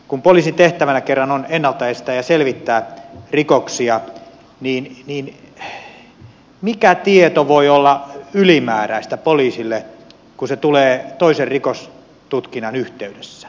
kun poliisin tehtävänä kerran on ennalta estää ja selvittää rikoksia niin mikä tieto voi olla ylimääräistä poliisille kun se tulee toisen rikostutkinnan yhteydessä